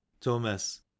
Thomas